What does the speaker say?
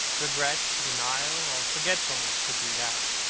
regret, denial, or forgetfulness could do that.